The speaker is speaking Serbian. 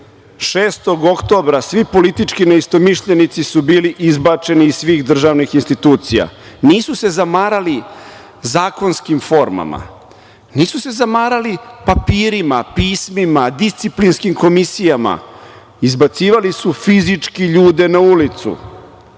6. oktobra svi politički neistomišljenici su bili izbačeni iz svih državnih institucija. Nisu se zamarali zakonskim formama, nisu se zamarali papirima, pismima, disciplinskim komisijama, izbacivali su fizički ljude na ulicu.